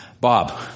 Bob